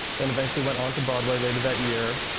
then eventually went onto broadway later that year.